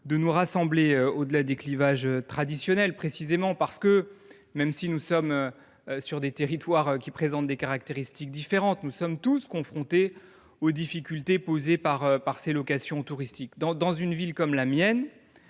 de nous rassembler au delà des clivages traditionnels. Même si nos territoires présentent des caractéristiques différentes, nous sommes tous confrontés aux difficultés posées par ces locations touristiques. Dans une ville comme la mienne,